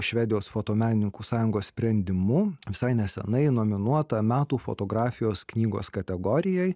švedijos fotomenininkų sąjungos sprendimu visai nesenai nominuota metų fotografijos knygos kategorijai